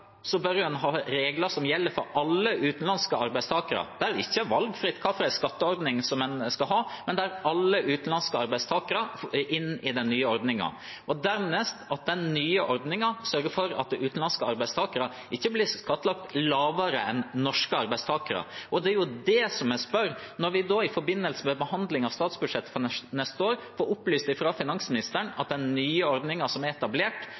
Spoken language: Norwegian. bør en ha regler som gjelder for alle utenlandske arbeidstakere, der det ikke er valgfritt hvilken skatteordning en skal ha, men der alle utenlandske arbeidstakere er inne i den nye ordningen – og dernest at den nye ordningen sørger for at utenlandske arbeidstakere ikke blir skattlagt lavere enn norske arbeidstakere. Det er dette jeg spør om når vi i forbindelse med behandlingen av statsbudsjettet for neste år får opplyst fra finansministeren at den nye ordningen som er etablert